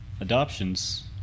adoptions